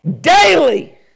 daily